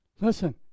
Listen